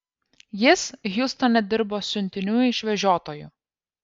jis hjustone dirbo siuntinių išvežiotoju